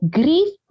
grief